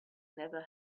never